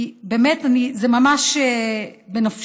כי באמת, זה ממש בנפשי.